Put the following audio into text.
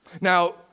Now